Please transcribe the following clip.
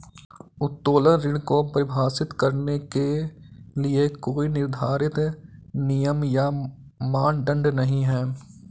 उत्तोलन ऋण को परिभाषित करने के लिए कोई निर्धारित नियम या मानदंड नहीं है